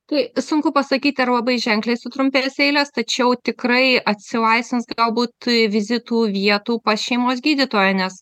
tai sunku pasakyti ar labai ženkliai sutrumpės eilės tačiau tikrai atsilaisvins galbūt vizitų vietų pas šeimos gydytoją nes